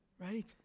right